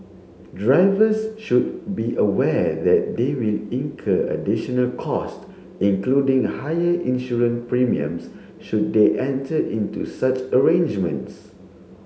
drivers should be aware that they will incur additional cost including higher insurance premiums should they enter into such arrangements